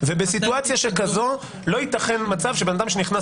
ובסיטואציה שכזו לא ייתכן מצב שאדם שנכנס